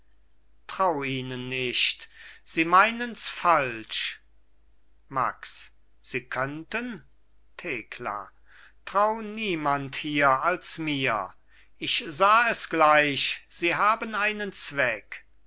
trau ihnen nicht sie meinens falsch max sie könnten thekla trau niemand hier als mir ich sah es gleich sie haben einen zweck